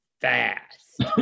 fast